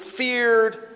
feared